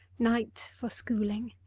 night for schooling!